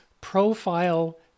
profile